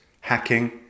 hacking